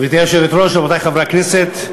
גברתי היושבת-ראש, רבותי חברי הכנסת,